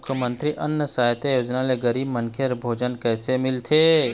मुख्यमंतरी अन्न सहायता योजना ले गरीब मनखे ह भोजन कइसे मिलथे?